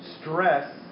stress